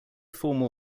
formal